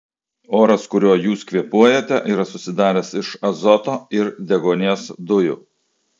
oras kuriuo jūs kvėpuojate yra susidaręs iš azoto ir deguonies dujų